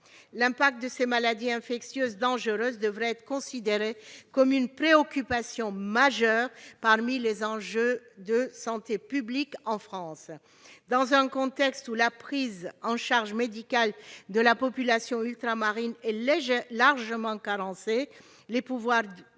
L'impact de ces maladies infectieuses dangereuses devrait être considéré comme une préoccupation majeure parmi les enjeux de santé publique en France. Dans un contexte où la prise en charge médicale de la population ultramarine est largement carencée, les pouvoirs